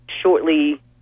shortly